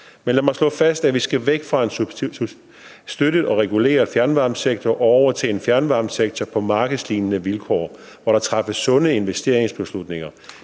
Men lad mig slå fast, at vi skal væk fra en støttet og reguleret fjernvarmesektor og over til en fjernvarmesektor på markedslignende vilkår, hvor der træffes sunde investeringsbeslutninger.